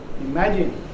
Imagine